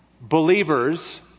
believers